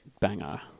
banger